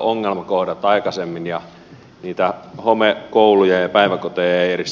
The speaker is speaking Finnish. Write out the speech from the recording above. ongelmakohdat aikaisemmin ja niitä homekouluja ja päiväkoteja ei edes tulisi